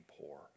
poor